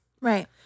Right